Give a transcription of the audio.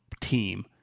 team